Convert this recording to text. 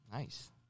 Nice